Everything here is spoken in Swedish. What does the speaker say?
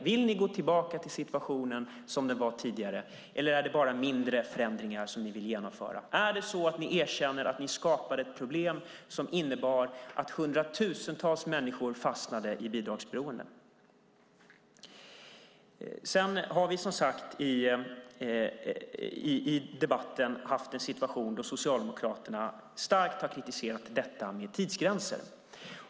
Vill ni gå tillbaka till situationen som den var tidigare, eller är det bara mindre förändringar som ni vill genomföra? Erkänner ni att ni skapade ett problem som innebar att hundratusentals människor fastnade i bidragsberoende? Vi har i debatten haft en situation där Socialdemokraterna starkt har kritiserat tidsgränserna.